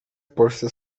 polsce